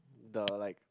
the like